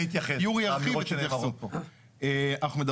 יורי יגיב ותתייחסו.